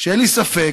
אין לי ספק